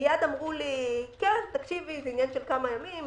מיד אמרו לי: זה עניין של כמה ימים.